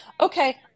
okay